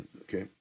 okay